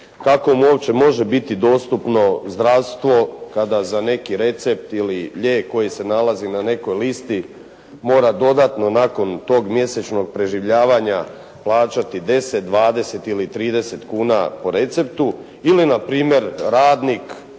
kako mu uopće može biti dostupno zdravstvo kada za neki recept ili lijek koji se nalazi na nekoj listi mora dodatno nakon tog mjesečnog preživljavanja plaćati 10, 20 ili 30 kuna po receptu. Ili na primjer radnik,